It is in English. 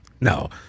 no